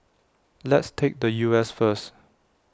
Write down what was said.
let's take the U S first